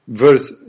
verse